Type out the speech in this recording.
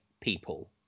people